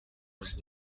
was